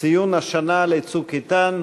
ציון שנה ל"צוק איתן",